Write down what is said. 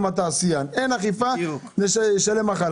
התעשיין ישלם.